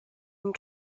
une